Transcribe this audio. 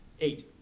Eight